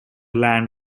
land